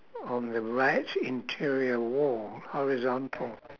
on the right interior wall horizontal